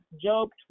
job